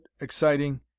exciting